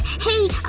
hey, ah,